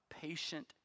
patient